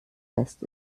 lässt